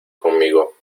conmigo